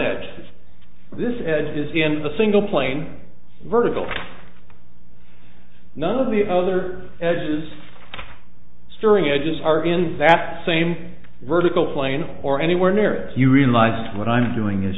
says this is in the single plane vertical none of the other edges stirring edges are in fact same vertical plane or anywhere near it you realized what i'm doing is